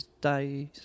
day's